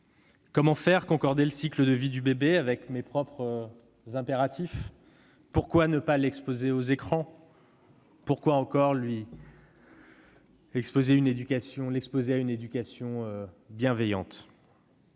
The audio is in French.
Comment faire concorder le cycle de vie du bébé avec ses propres impératifs ? Pourquoi ne pas l'exposer aux écrans ? Pourquoi lui offrir une éducation bienveillante ?